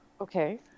Okay